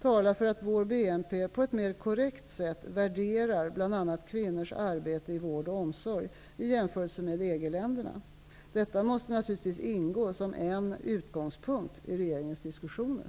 talar för att vår BNP på ett mer korrekt sätt värderar bl.a. kvinnors arbete i vård och omsorg i jämförelse med EG-länderna. Detta måste naturligtvis ingå som en utgångspunkt i regeringens diskussioner.